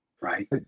Right